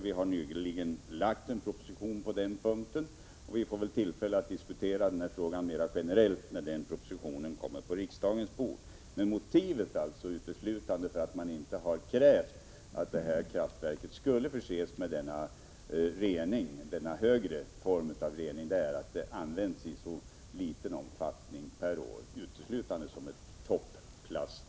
Vi har nyligen lagt fram en proposition som gäller den punkten, och vi får väl tillfälle att diskutera frågan mer generellt när den propositionen kommer på riksdagens bord. Men motivet för att man inte har krävt att detta kraftverk skulle förses med den högre formen av rening är uteslutande att det används i så liten omfattning per år. Det används enbart som ett topplastverk.